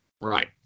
right